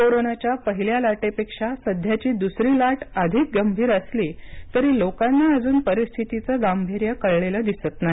कोरोनाच्या पहिल्या लाटेपेक्षा सध्याची द्सरी लाट अधिक गंभीर असली तरी लोकांना अजून परिस्थितीचं गांभिर्य कळलेलं दिसत नाही